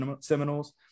Seminoles